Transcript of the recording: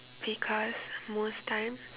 because most times